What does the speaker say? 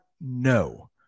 No